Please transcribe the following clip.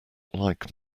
like